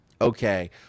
okay